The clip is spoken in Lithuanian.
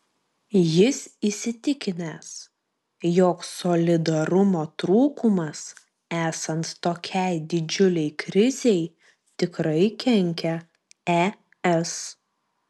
jis įsitikinęs jog solidarumo trūkumas esant tokiai didžiulei krizei tikrai kenkia es